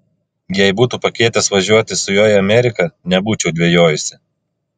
jei būtų pakvietęs važiuoti su juo į ameriką nebūčiau dvejojusi